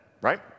Right